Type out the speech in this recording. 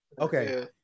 Okay